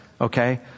Okay